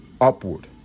upward